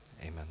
amen